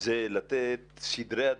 זה לתת סדרי עדיפות.